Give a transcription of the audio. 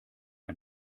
mir